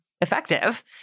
effective